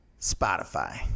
Spotify